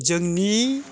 जोंनि